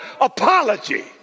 apology